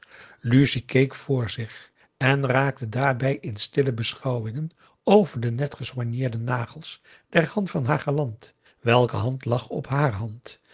lucie keek voor zich en raakte daarbij in stille beschouwingen over de net gesoigneerde nagels der hand van haar galant welke hand lag op haar hand